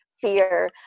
fear